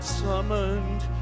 summoned